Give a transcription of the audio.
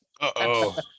Uh-oh